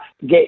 get